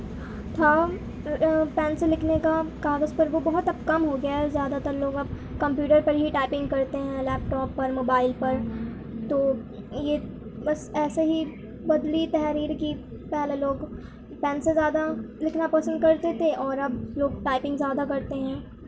تھا پین سے لکھنے کا کاغذ پر وہ بہت اب کم ہو گیا ہے زیادہ تر لوگ اب کمپیوٹر پر ہی ٹائپنگ کرتے ہیں لیپ ٹاپ پر موبائل پر تو یہ بس ایسے ہی بدلی تحریر کی پہلے لوگ پین سے زیادہ لکھنا پسند کرتے تھے اور اب لوگ ٹائپنگ زیادہ کرتے ہیں